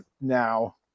now